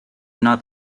not